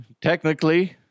technically